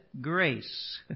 grace